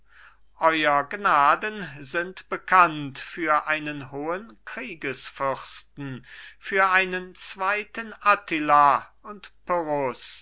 euer gnaden sind bekannt für einen hohen kriegesfürsten für einen zweiten attila und